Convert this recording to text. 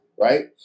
right